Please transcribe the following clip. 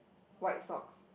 white socks